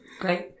Great